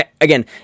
again